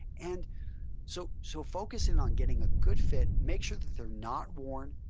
and so so focusing on getting a good fit, make sure that they are not worn,